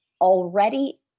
already